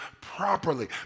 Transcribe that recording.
properly